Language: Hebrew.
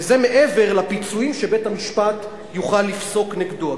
וזה מעבר לפיצויים שבית-המשפט יוכל לפסוק נגדו.